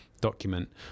document